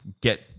get